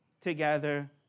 together